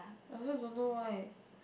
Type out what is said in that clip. I also don't know why